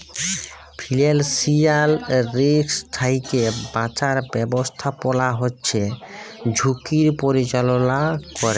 financial risk থ্যাইকে বাঁচার ব্যবস্থাপলা হছে ঝুঁকির পরিচাললা ক্যরে